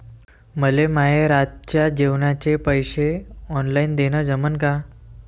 मले माये रातच्या जेवाचे पैसे ऑनलाईन देणं जमन का?